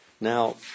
Now